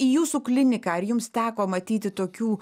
į jūsų kliniką ar jums teko matyti tokių